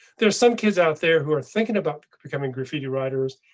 there's some kids out there who are thinking about becoming graffiti writers,